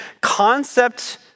concept